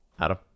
Adam